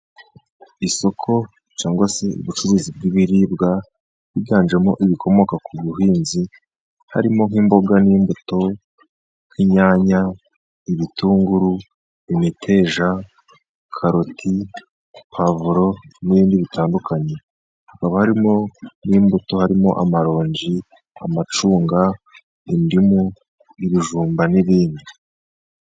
Isoko cyangwa se ubucuruzi bw'ibiribwa, byiganjemo ibikomoka ku buhinzi, harimo nk'imboga n'imbuto, nk'inyanya, ibitunguru, imiteja, karoti, pavuro n'ibindi bitandukanye. Hakaba harimo n'imbuto ,harimo amaronji, amacunga, indimu, ibijumba n'iibindi.